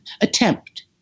attempt